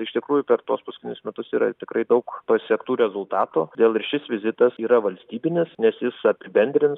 iš tikrųjų per tuos paskutinius metus yra tikrai daug pasiektų rezultatų todėl ir šis vizitas yra valstybinis nes jis apibendrins